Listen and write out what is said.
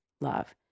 love